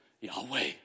Yahweh